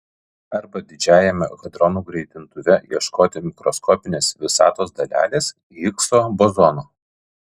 arba didžiajame hadronų greitintuve ieškoti mikroskopinės visatos dalelės higso bozono